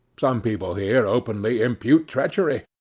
some people here openly impute treachery,